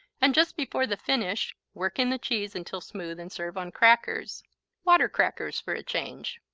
and just before the finish work in the cheese until smooth and serve on crackers water crackers for a change.